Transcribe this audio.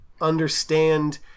understand